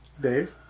Dave